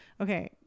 Okay